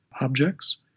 objects